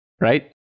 right